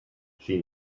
she